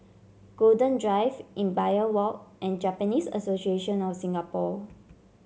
Golden Drive Imbiah Walk and Japanese Association of Singapore